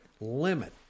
Limit